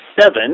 seven